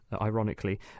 ironically